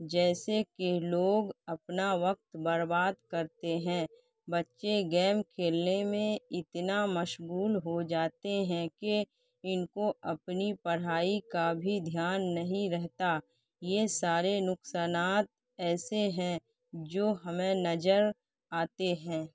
جیسے کہ لوگ اپنا وقت برباد کرتے ہیں بچے گیم کھیلنے میں اتنا مشغول ہو جاتے ہیں کہ ان کو اپنی پڑھائی کا بھی دھیان نہیں رہتا یہ سارے نقصانات ایسے ہیں جو ہمیں نظر آتے ہیں